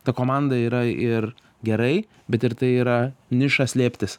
ta komanda yra ir gerai bet ir tai yra niša slėptis